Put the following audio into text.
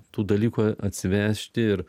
tų dalykų atsivežti ir